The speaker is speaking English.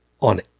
on